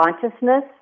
consciousness